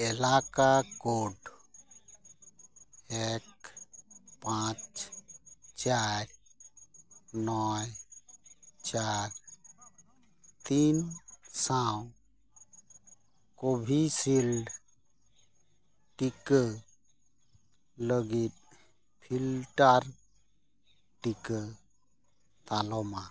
ᱮᱞᱟᱠᱟ ᱠᱳᱰ ᱮᱠ ᱯᱟᱸᱪ ᱪᱟᱨ ᱱᱚᱭ ᱪᱟᱨ ᱛᱤᱱ ᱥᱟᱶ ᱠᱳᱵᱷᱤᱥᱤᱞᱰ ᱴᱤᱠᱟᱹ ᱞᱟᱹᱜᱤᱫ ᱯᱷᱤᱞᱴᱟᱨ ᱴᱤᱠᱟᱹ ᱛᱟᱞᱚᱢᱟ